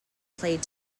played